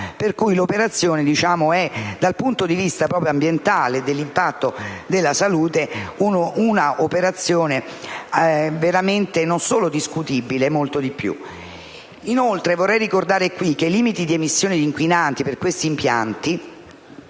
classico». Quindi, dal punto di vista ambientale e dell'impatto sulla salute, si tratta di un'operazione non solo discutibile, ma molto di più. Inoltre, vorrei ricordare che i limiti di emissione di inquinanti per questi impianti